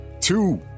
two